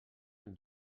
amb